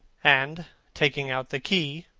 and taking out the key,